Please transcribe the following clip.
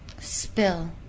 Spill